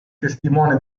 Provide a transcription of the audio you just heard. testimone